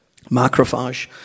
macrophage